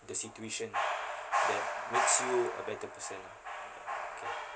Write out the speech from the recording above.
the situation that makes you a better person lah okay